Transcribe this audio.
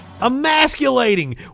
Emasculating